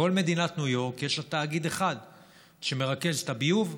כל מדינת ניו יורק יש לה תאגיד אחד שמרכז את הביוב,